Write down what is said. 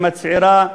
עם הצעירה הערבייה,